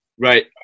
right